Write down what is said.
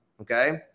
okay